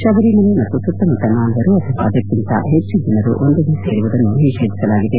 ಶಬರಿಮಲೆ ಮತ್ತು ಸುತ್ತಮುತ್ತ ನಾಲ್ವರು ಅಥವಾ ಅದಕ್ಕಿಂತ ಹೆಚ್ಚು ಜನರು ಒಂದಡೇ ಸೇರುವುದನ್ನು ನಿಷೇಧಿಸಲಾಗಿದೆ